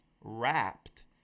wrapped